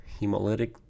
hemolytic